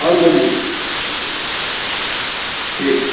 और बोलिए ठीक